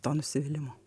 to nusivylimo